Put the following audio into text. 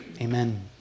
Amen